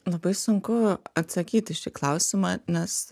labai sunku atsakyt į šį klausimą nes